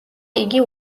იგი